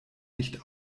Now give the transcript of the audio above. nicht